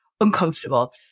uncomfortable